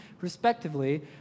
respectively